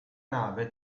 nave